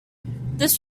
this